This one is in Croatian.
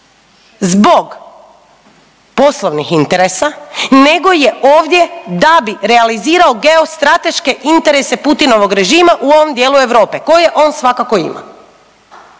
zbog poslovnih interesa, nego je ovdje da bi realizirao geostrateške interese Putinovog režima u ovom dijelu Europe koje on svakako ima.